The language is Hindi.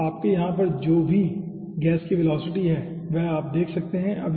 तो आपके यहाँ पर जो भी गैस की वेलोसिटी है वह आप देख सकते हैं